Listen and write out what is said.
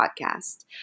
podcast